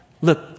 Look